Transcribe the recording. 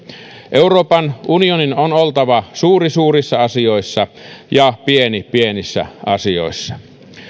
euroopan unionin on oltava suuri suurissa asioissa ja pieni pienissä asioissa